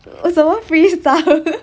为什么 free stuff